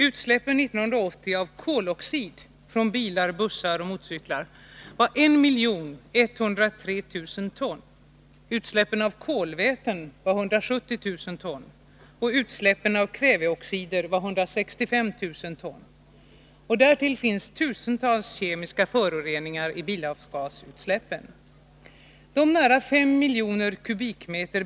Utsläppen 1980 av koloxid från bilar, bussar och motorcyklar var 1 103 000 ton, utsläppen av kolväten var 170 000 ton och utsläppen av kväveoxider var 165 000 ton. Därtill kommer att det finns tusentals kemiska föroreningar i bilavgasutsläppen. De nära 5 miljoner m?